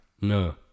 No